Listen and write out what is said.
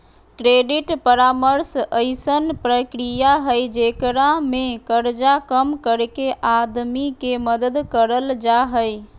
credit परामर्श अइसन प्रक्रिया हइ जेकरा में कर्जा कम करके आदमी के मदद करल जा हइ